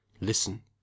Listen